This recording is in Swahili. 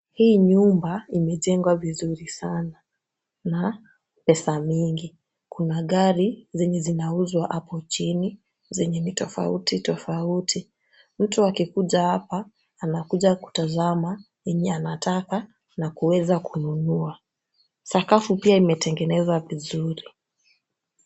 Hii nyumba imejengwa vizuri sana na pesa mingi. Magari zenye zinauzwa apo chini zenye ni tofauti tofauti. Mtu akikuja apa anakuja kutazama yenye anataka na kuweza kununua. Sakafu pia imetengenezwa vizuri.